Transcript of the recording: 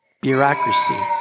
bureaucracy